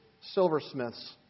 silversmiths